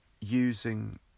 using